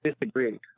disagree